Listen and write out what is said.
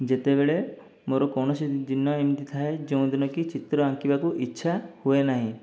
ଯେତେବେଳେ ମୋର କୌଣସି ଦିନ ଏମିତି ଥାଏ ଯେଉଁଦିନ କି ଚିତ୍ର ଆଙ୍କିବାକୁ ଇଚ୍ଛା ହୁଏନାହିଁ